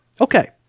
Okay